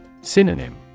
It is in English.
Synonym